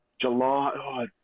July